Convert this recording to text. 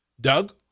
Doug